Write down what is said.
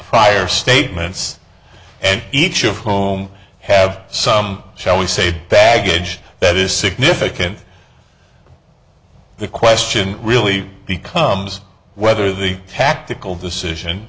prior statements and each of whom have some shall we say baggage that is significant the question really becomes whether the tactical decision